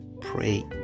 pray